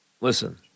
listen